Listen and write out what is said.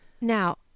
Now